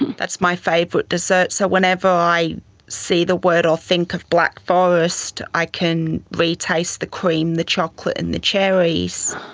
that's my favourite desert, so whenever i see that word or think of black forest i can re-taste the cream, the chocolate and the cherries.